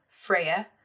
Freya